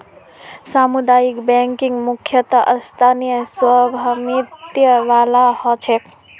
सामुदायिक बैंकिंग मुख्यतः स्थानीय स्वामित्य वाला ह छेक